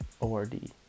O-R-D